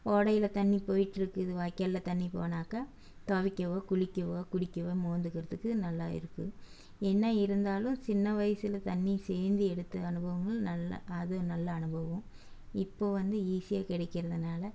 ஓடையில் தண்ணிர் போய்ட்டுருக்குது வாய்க்காலில் தண்ணிர் போனாக்கா துவைக்கவோ குளிக்கவோ குடிக்கவோ மோந்துக்கிறதுக்கு நல்லா இருக்கு என்ன இருந்தாலும் சின்ன வயசில் தண்ணியை சேந்தி எடுத்த அனுபவங்கள் நல்ல அது நல்ல அனுபவம் இப்போது வந்து ஈஸியாக கிடைக்கிறதுனால